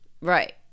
Right